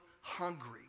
hungry